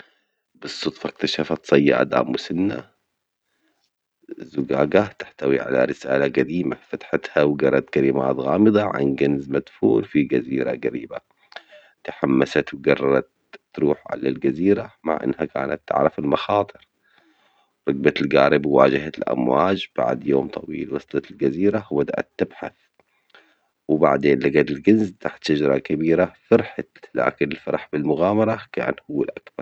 بالصدفة اكتشفت صيادة مسنة زجاجة زجاجة تحتوي على رسالة جديمة، فتحتها وجرت كلمات غامضة عن جنز مدفون في جزيرة جريبة تحمست وجررت تروح على الجزيرة مع أنها كانت تعرف المخاطر ، ركبت الجارب وواجهت الأمواج بعد يوم طويل وصلت الجزيرة وبدأت تبحث وبعدين لجت الكنز تحت شجرة كبيرة فرحت، لكن الفرح بالمغامرة كان هو الأكبر.